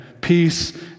peace